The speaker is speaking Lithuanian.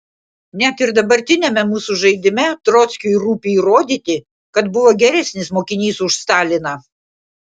net ir dabartiniame mūsų žaidime trockiui rūpi įrodyti kad buvo geresnis mokinys už staliną